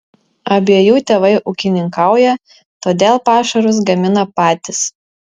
abiejų tėvai ūkininkauja todėl pašarus gamina patys